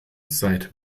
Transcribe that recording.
seit